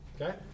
okay